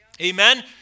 Amen